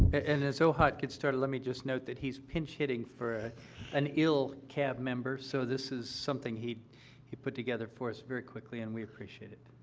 and as ohad gets started, let me just note that he's pinch hitting for an ill cab member, so this is something he he put together for us very quickly, and we appreciate it.